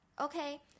okay